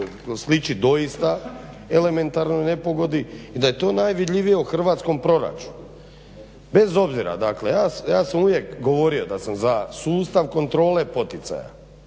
sliči doista elementarnoj nepogodi i da je to najvidljivije u hrvatskom proračunu. Bez obzira dakle, ja sam uvijek govorio da sam za sustav kontrole poticaja,